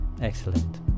Excellent